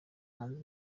hanze